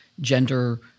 gender